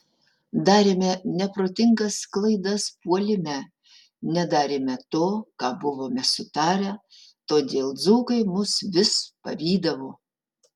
darėme neprotingas klaidas puolime nedarėme to ką buvome sutarę todėl dzūkai mus vis pavydavo